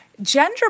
Gender